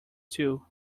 two